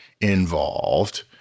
involved